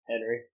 Henry